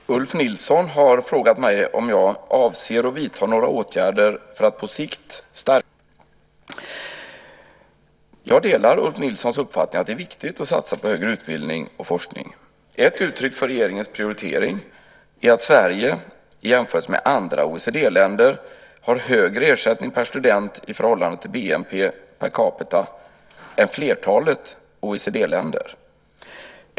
Herr talman! Ulf Nilsson har frågat mig om jag avser att vidta några åtgärder för att på sikt stärka resurserna till högre utbildning och forskning. Jag delar Ulf Nilssons uppfattning att det är viktigt att satsa på högre utbildning och forskning. Ett uttryck för regeringens prioritering är att Sverige i jämförelse med andra OECD-länder har högre ersättning per student i förhållande till BNP per capita än flertalet OECD-länder.